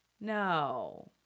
no